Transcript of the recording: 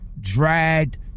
dragged